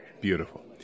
Beautiful